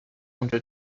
اونجا